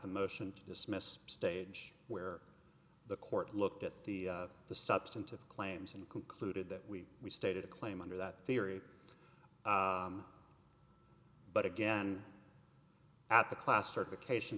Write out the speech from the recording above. the motion to dismiss stage where the court looked at the the substantive claims and concluded that we restated a claim under that theory but again at the class certification